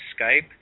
Skype